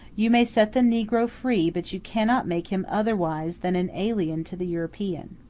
you may set the negro free, but you cannot make him otherwise than an alien to the european.